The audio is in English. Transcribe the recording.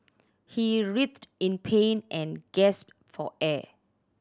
he writhed in pain and gasped for air